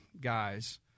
guys